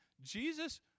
Jesus